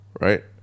right